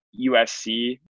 USC